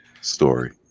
story